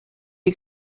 est